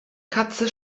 katze